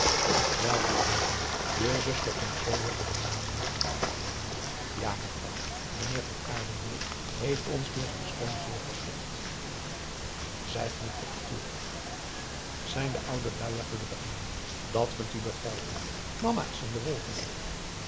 wel rivière je zuster komt zoo weêr te batavia ja mevrouw meneer van aardenburg heeft ons door zijn steun zeer verplicht zij knikte hem toe zijn de oude lui er gelukkig mee dat kunt u begrijpen mama is in de wolken